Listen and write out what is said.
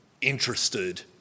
interested